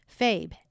Fabe